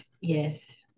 Yes